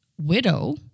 widow